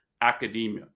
academia